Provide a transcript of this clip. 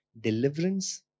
deliverance